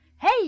Hey